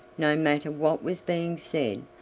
no matter what was being said,